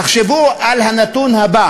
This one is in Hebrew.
תחשבו על הנתון הזה: